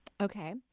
Okay